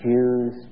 Jews